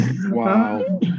wow